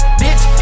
bitch